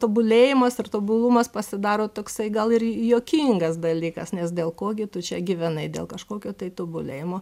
tobulėjimas ir tobulumas pasidaro toksai gal ir juokingas dalykas nes dėl ko gi tu čia gyvenai dėl kažkokio tai tobulėjimo